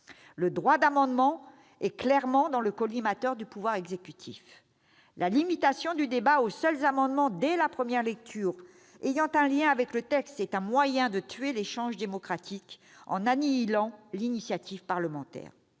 Le droit d'amendement est clairement dans le collimateur du pouvoir exécutif. La limitation du débat aux seuls amendements ayant un lien avec le texte dès la première lecture est un moyen de tuer l'échange démocratique en annihilant l'initiative parlementaire.